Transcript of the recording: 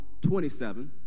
27